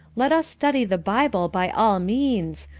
let us study the bible by all means,